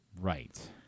Right